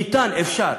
ניתן, אפשר.